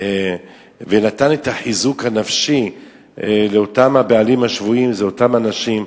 ונתן את החיזוק הנפשי לאותם הבעלים השבויים זה אותן הנשים.